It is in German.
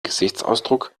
gesichtsausdruck